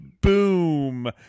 Boom